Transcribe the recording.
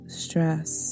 stress